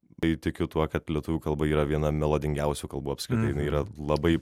bei tikiu tuo kad lietuvių kalba yra viena melodingiausių kalbų apskritai yra labai